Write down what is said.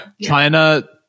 China